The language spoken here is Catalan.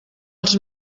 els